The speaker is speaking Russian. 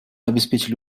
обеспечили